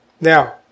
Now